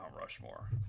Rushmore